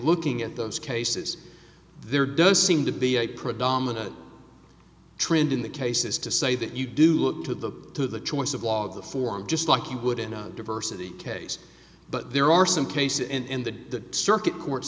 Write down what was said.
looking at those cases there does seem to be a predominant trend in that case is to say that you do look to the to the choice of law the form just like you would in a diversity case but there are some cases and the circuit cour